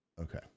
Okay